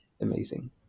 amazing